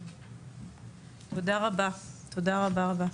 תודה רבה, תודה רבה-רבה.